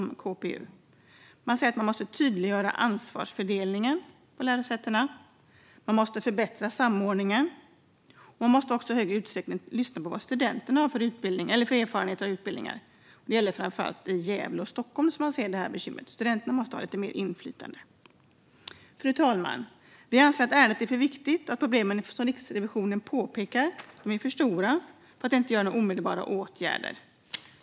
Man säger att lärosätena måste förtydliga ansvarsfördelningen, att de måste förbättra samordningen och att de i större utsträckning också måste lyssna på vad studenterna har för erfarenheter och utbildningar. Det är framför allt i Gävle och Stockholm som man ser de här bekymren. Studenterna måste ha lite mer inflytande. Fru talman! Vi anser att ärendet är för viktigt och att de problem som Riksrevisionen påpekar är för stora för att inte vidta några omedelbara åtgärder.